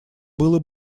было